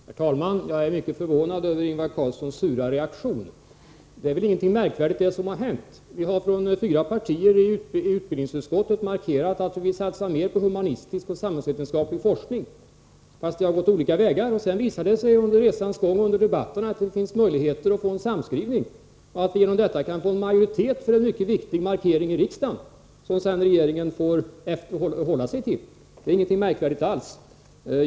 Herr talman! Jag är mycket förvånad över Ingvar Carlssons sura reaktion. Det som har hänt är ingenting märkvärdigt. Vi har från fyra partier i utbildningsutskottet markerat att vi vill satsa mer på humanistisk och samhällsvetenskaplig forskning fast vi har gått olika vägar. Sedan visade det sig under resans gång och under debatten att det finns möjlighet att göra en gemensam skrivning och att vi genom detta kan få en majoritet för en mycket viktig markering i riksdagen, som regeringen sedan får hålla sig till. Det är inte märkvärdigt alls.